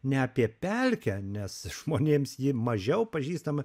ne apie pelkę nes žmonėms ji mažiau pažįstama